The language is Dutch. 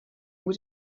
moet